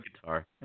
guitar